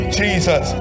jesus